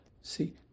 See